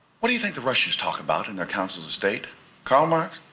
what do you think the russians talk about in their counsels of state karl marx?